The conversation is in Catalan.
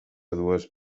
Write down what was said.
dues